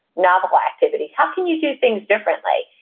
novel activities, how can you do things differently,